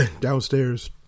downstairs